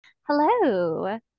Hello